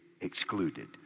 excluded